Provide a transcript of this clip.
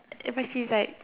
if I see inside